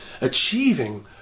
achieving